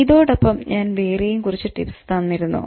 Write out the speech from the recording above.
ഇതോടൊപ്പം ഞാൻ വേറെയും കുറച്ചു ടിപ്സ് തന്നിരുന്നു